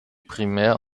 primär